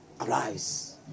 arise